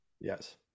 yes